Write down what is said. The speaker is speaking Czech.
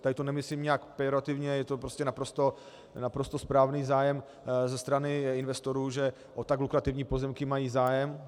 Tady to nemyslím nijak pejorativně, je to prostě naprosto správný zájem ze strany investorů, že o tak lukrativní pozemky mají zájem.